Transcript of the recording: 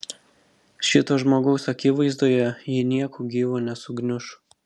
šito žmogaus akivaizdoje ji nieku gyvu nesugniuš